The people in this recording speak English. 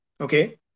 okay